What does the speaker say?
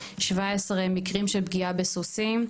17 מקרים של פגיעה בסוסים,